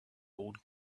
old